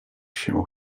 się